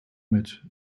mit